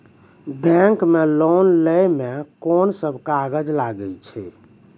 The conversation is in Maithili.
बैंक मे लोन लै मे कोन सब कागज लागै छै?